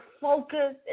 focus